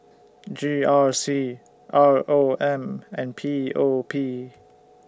G R C R O M and P O P